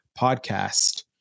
podcast